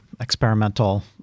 experimental